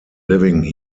living